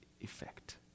effect